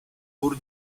pur